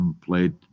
played